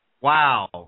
wow